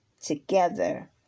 together